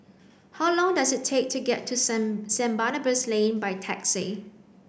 how long does it take to get to Saint Saint Barnabas Lane by taxi